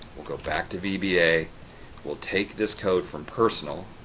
will go back to vba will take this code from personal,